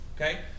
okay